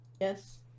Yes